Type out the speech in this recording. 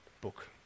book